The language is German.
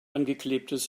angeklebtes